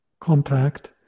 contact